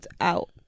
out